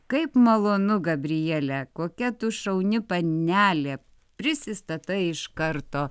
kaip malonu gabriele kokia tu šauni panelė prisistatai iš karto